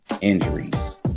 injuries